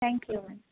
thank you ma'am